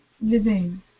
living